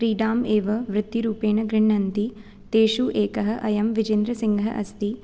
क्रीडाम् एव वृत्तिरूपेण गृह्णन्ति तेषु एकः अयं विजेन्द्रसिंहः अस्ति